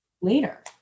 later